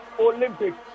Olympics